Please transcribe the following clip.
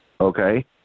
okay